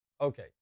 Okay